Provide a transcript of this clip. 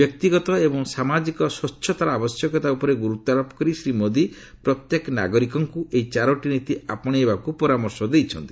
ବ୍ୟକ୍ତିଗତ ଏବଂ ସାମାଜିକ ସ୍ୱଚ୍ଚତାର ଆବଶ୍ୟକତା ଉପରେ ଗୁରୁତ୍ୱାରୋପ କରି ଶ୍ରୀମୋଦୀ ପ୍ରତ୍ୟେକ ନାଗରିକଙ୍କୁ ଏହି ଚାରୋଟି ନୀତି ଆପଣାଇବାକୁ ପରାମର୍ଶ ଦେଇଛନ୍ତି